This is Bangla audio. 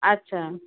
আচ্ছা